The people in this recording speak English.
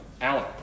Alan